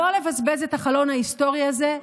לא לבזבז את החלון ההיסטורי הזה,